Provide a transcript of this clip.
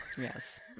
Yes